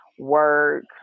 work